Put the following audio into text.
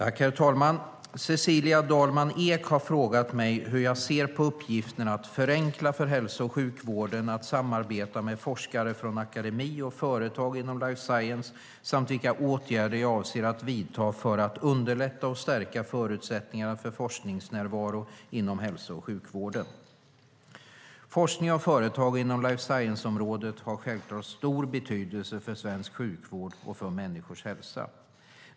Herr talman! Cecilia Dalman Eek har frågat mig hur jag ser på uppgiften att förenkla för hälso och sjukvården att samarbeta med forskare från akademi och företag inom life science samt vilka åtgärder jag avser att vidta för att underlätta och stärka förutsättningarna för forskningsnärvaro inom hälso och sjukvården. Forskning och företag inom life science-området har självklart stor betydelse för svensk sjukvård och för människors hälsa.